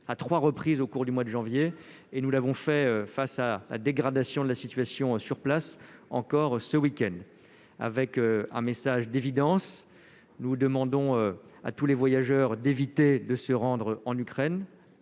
à 3 reprises au cours du mois de janvier, et nous l'avons fait face à la dégradation de la situation sur place encore ce week-end avec un message d'évidence, nous demandons à tous les voyageurs d'éviter de se rendre en Ukraine,